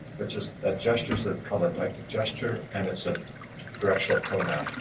which is a gestures of, color type of gesture, and it's a directional pronoun.